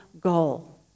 goal